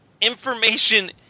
information